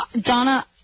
donna